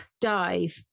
dive